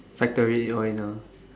factory or in a